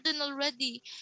already